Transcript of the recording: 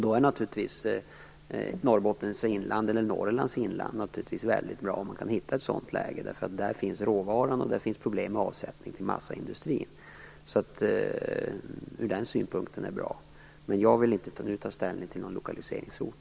Då är det naturligtvis mycket bra om man kan hitta ett sådant läge i Norrlands inland. Där finns råvaran, och där finns problem med avsättning till massaindustrin. Ur den synpunkten skulle det vara bra. Men jag vill inte nu ta ställning till någon lokaliseringsort.